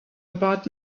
about